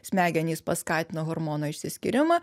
smegenys paskatino hormono išsiskyrimą